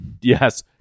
yes